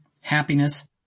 happiness